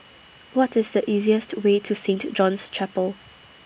What IS The easiest Way to Saint John's Chapel